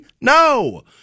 No